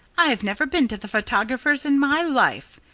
i've never been to the photographer's in my life.